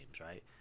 right